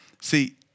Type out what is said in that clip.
see